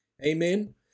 Amen